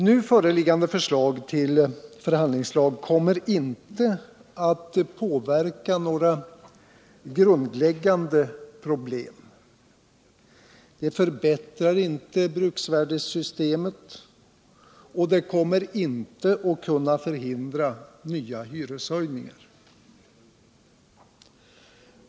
Nu föreliggande förslag till förhandlingslag kommer inte att påverka några grundläggande problem, förbättrar inte bruksvärdesystemet och kommer inte att kunna förhindra nya hyreshöjningar.